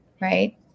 right